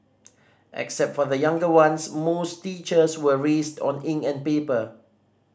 except for the younger ones most teachers were raised on ink and paper